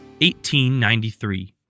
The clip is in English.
1893